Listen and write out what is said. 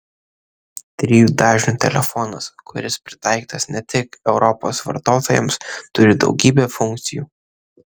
trijų dažnių telefonas kuris pritaikytas ne tik europos vartotojams turi daugybę funkcijų